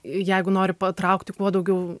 jeigu nori patraukti kuo daugiau